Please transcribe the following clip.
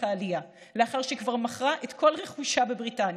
העלייה לאחר שכבר מכרה את כל רכושה בבריטניה,